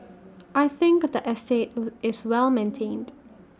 I think the estate is well maintained